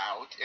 out